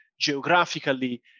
geographically